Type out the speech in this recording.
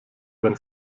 wenn